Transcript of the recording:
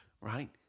right